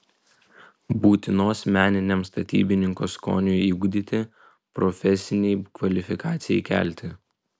būtinos meniniam statybininko skoniui ugdyti profesinei kvalifikacijai kelti